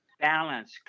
balance